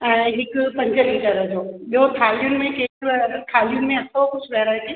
ऐं हिकु पंज लीटर जो ॿियो थालियुनि में कहिड़ो थालियुनि में अथव कुझु वैरायटी